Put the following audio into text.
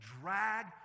drag